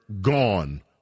gone